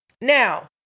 Now